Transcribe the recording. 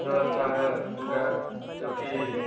व्यवस्था है उनका जो कि